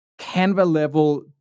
Canva-level